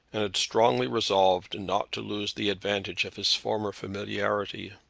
and had strongly resolved not to lose the advantage of his former familiarity.